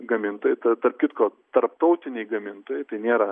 gamintojai tarp kitko tarptautiniai gamintojai tai nėra